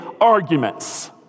arguments